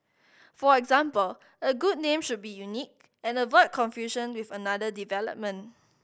for example a good name should be unique and avoid confusion with another development